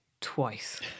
twice